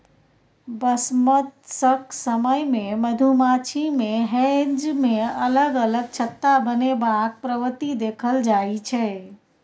बसंमतसक समय मे मधुमाछी मे हेंज मे अलग अलग छत्ता बनेबाक प्रवृति देखल जाइ छै